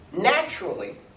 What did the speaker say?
naturally